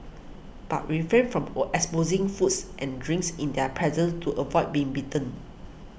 but refrain from own exposing foods and drinks in their presence to avoid being bitten